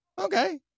okay